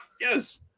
Yes